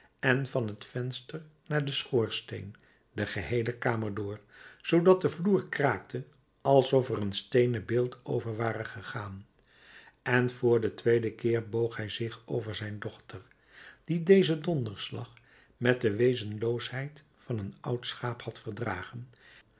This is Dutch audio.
en van het venster naar den schoorsteen de geheele kamer door zoodat de vloer kraakte alsof er een steenen beeld over ware gegaan en voor den tweeden keer boog hij zich over zijn dochter die dezen donderslag met de wezenloosheid van een oud schaap had verdragen